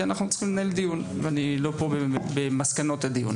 כי אנחנו צריכים לנהל דיון ואני לא פה במסקנות הדיון